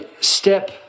step